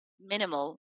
minimal